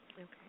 Okay